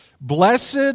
Blessed